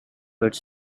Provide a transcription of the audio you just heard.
its